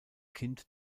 kind